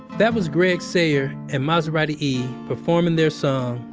that was gregg sayers and maserati e performing their song,